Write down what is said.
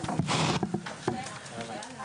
הישיבה ננעלה בשעה 12:05.